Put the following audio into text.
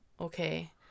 Okay